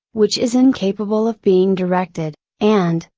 which is incapable of being directed, and,